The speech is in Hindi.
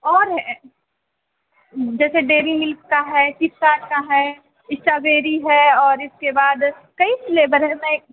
और है जैसे डेरीमिल्क का है किटकैट का है इश्टाबेरी है और इसके बाद कई फ्लेवर है नए